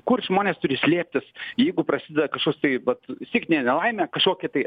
kur žmonės turi slėptis jeigu prasideda kašoks tai vat stichinė nelaimė kašokia tai